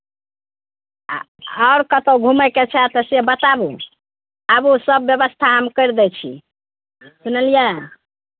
आ आओर कतहु घुमयके छै तऽ से बताबू आबू सभ व्यवस्था हम करि दै छी सुनलियै